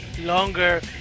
longer